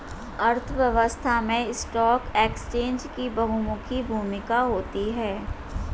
अर्थव्यवस्था में stock exchange की बहुमुखी भूमिका होती है